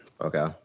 Okay